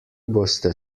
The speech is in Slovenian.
boste